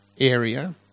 area